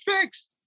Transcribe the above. fix